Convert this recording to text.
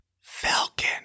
Falcon